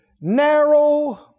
narrow